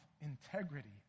integrity